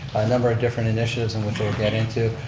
a number of different initiatives and we'll get into,